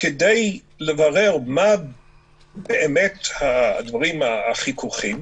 כדי לברר מה באמת החיכוכים.